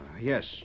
Yes